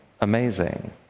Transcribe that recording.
amazing